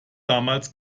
damals